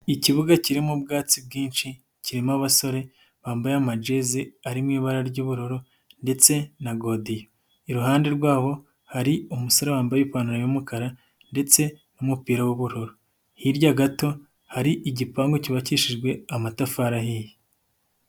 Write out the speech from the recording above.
Ikibuga kirimo ubwatsi bwinshi kirimo abasore bambaye amajezi ari mu ibara ry'ubururu ndetse na godiyo, iruhande rwabo hari umusore wambaye ipantaro y'umukara ndetse n'umupira w'ubururu, hirya gato hari igipangu cyubakishijwe amatafari ahiye.